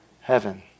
heaven